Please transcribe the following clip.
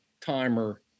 timer